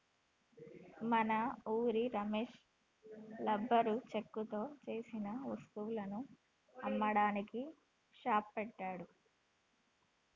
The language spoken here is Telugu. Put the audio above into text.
మన ఉరి రమేష్ లంబరు చెక్కతో సేసిన వస్తువులను అమ్మడానికి షాప్ పెట్టాడు